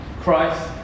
Christ